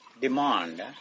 Demand